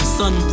sun